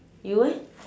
you eh